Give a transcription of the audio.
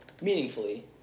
meaningfully